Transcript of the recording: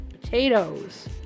Potatoes